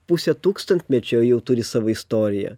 pusę tūkstantmečio jau turi savo istoriją